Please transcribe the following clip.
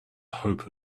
hope